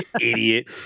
Idiot